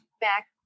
Back